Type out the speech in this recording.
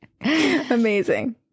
Amazing